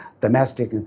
domestic